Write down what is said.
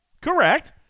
Correct